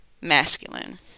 masculine